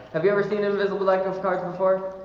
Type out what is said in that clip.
have you ever seen it invisible like those cards before?